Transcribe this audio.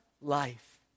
life